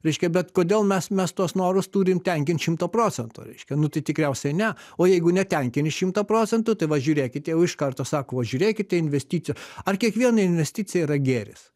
reiškia bet kodėl mes mes tuos norus turim tenkint šimtu procentų reiškia nu tai tikriausiai ne o jeigu netenkini šimtą procentų tai va žiūrėkit jau iš karto sako va žiūrėkite investicija ar kiekviena investicija yra gėris